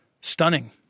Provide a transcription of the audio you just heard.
Stunning